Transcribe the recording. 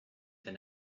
than